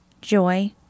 joy